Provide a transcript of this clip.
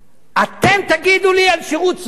אתם תגידו לי על שירות צבאי?